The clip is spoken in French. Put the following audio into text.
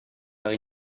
par